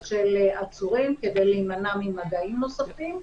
של עצורים כדי להימנע ממגעים נוספים.